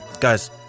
Guys